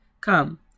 Come